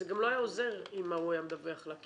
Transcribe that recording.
זה גם לא היה עוזר אם הוא היה מדווח לה,